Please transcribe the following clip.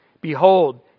Behold